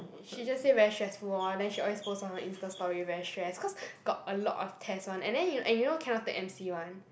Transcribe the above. she just say very stressful lor then she always post on her Insta story very stress cause got a lot of test [one] and then you and you know cannot take m_c [one]